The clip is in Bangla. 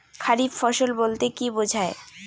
খারিফ ফসল বলতে কী বোঝায়?